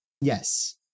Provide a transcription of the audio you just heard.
Yes